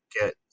get